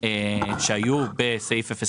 ובכל פעם אתם רק מוסיפים ומוסיפים.